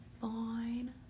fine